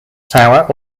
tower